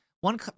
one